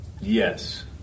Yes